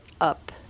up